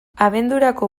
abendurako